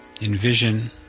envision